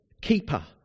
keeper